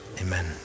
Amen